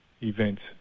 events